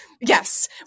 Yes